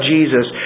Jesus